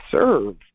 serve